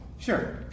Sure